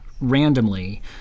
randomly